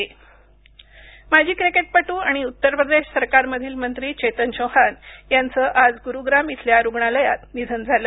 निधन माजी क्रिकेटपटू आणि उत्तर प्रदेश सरकारमधील मंत्री चेतन चौहान यांचं आज गुरूग्राम इथल्या रुग्णालयात निधन झालं